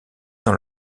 dans